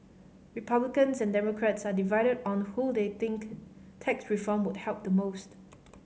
Republicans and Democrats are divided on who they think tax reform would help the most